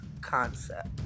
concept